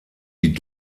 die